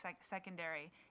secondary